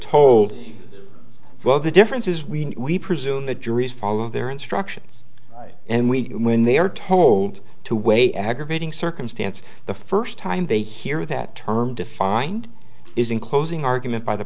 told well the difference is we presume that juries follow their instructions and we when they are told to weigh aggravating circumstance the first time they hear that term defined is in closing argument by the